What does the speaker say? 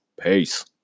Peace